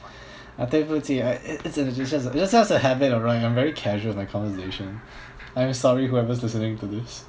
对不起 it's legit just a it's just a habit alright I'm very casual in my conversation I'm sorry whoever is listening to this